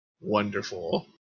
Wonderful